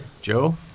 Joe